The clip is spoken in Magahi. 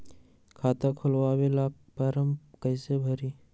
खाता खोलबाबे ला फरम कैसे भरतई?